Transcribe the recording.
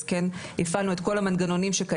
אז כן הפעלנו את כל המנגנונים שקיימים,